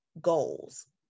goals